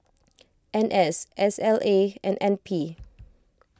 N S S L A and N P